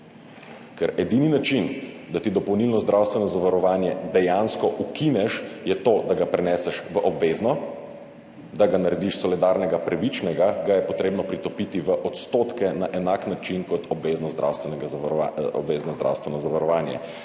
ker edini način, da ti dopolnilno zdravstveno zavarovanje dejansko ukineš, je to, da ga preneseš v obvezno, da ga narediš solidarnega, pravičnega, ga je potrebno pretopiti v odstotke na enak način kot obvezno zdravstvenega zavarovanja,